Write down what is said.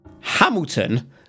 Hamilton